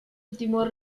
últimos